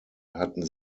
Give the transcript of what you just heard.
hatten